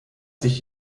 sich